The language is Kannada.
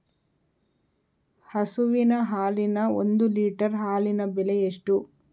ಹಸುವಿನ ಹಾಲಿನ ಒಂದು ಲೀಟರ್ ಹಾಲಿನ ಬೆಲೆ ಎಷ್ಟು?